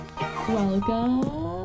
welcome